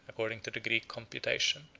according to the greek computation,